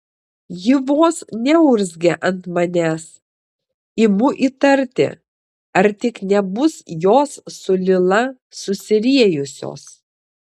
ji vos neurzgia ant manęs imu įtarti ar tik nebus jos su lila susiriejusios